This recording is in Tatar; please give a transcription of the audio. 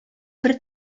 бер